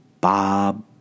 Bob